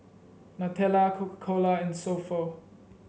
Nutella Coca Cola and So Pho